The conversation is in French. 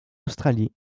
australie